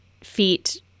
feet